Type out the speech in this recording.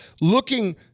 looking